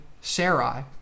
Sarai